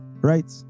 right